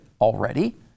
already